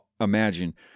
imagine